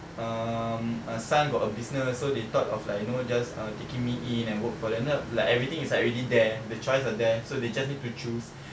um uh son got a business so they thought of like you know just uh taking me in and work for them then um like everything is like already there the choice are there so they just need to choose